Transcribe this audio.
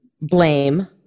blame